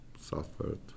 suffered